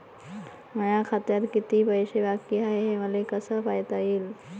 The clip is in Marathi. माया खात्यात किती पैसे बाकी हाय, हे मले कस पायता येईन?